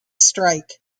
strike